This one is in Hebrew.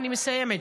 אני מסיימת.